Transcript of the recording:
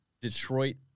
Detroit